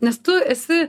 nes tu esi